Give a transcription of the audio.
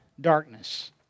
darkness